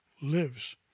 lives